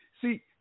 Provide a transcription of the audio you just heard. See